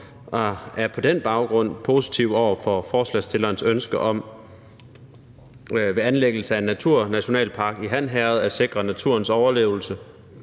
og er på den baggrund positive over for forslagsstillernes ønske om ved anlæggelse af en naturnationalpark i Han Herred at sikre naturens overlevelse